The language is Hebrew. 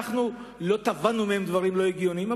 אנחנו לא תבענו מהם דברים לא הגיוניים,